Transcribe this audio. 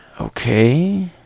Okay